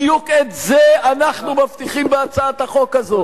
בדיוק את זה אנחנו מבטיחים בהצעת החוק הזאת,